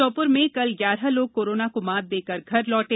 श्योपुर में कल ग्यारह लोग कोरोना को मात देकर घर लौटे